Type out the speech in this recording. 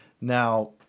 Now